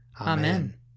Amen